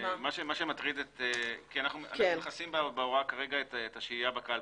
אנחנו מכסים בהוראה כרגע את השהייה בקלפי.